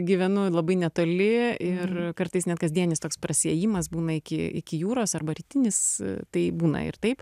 gyvenu labai netoli ir kartais nekasdienis toks prasiėjimas būna iki iki jūros arba rytinis tai būna ir taip